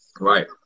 Right